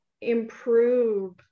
improve